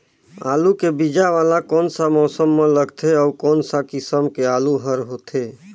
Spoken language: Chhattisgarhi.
आलू के बीजा वाला कोन सा मौसम म लगथे अउ कोन सा किसम के आलू हर होथे?